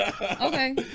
Okay